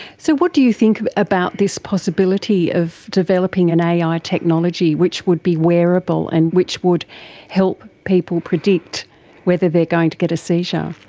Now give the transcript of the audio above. so what do you think about this possibility of developing an ai technology which would be wearable and which would help people predict whether they are going to get a seizure?